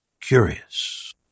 curious